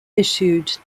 issued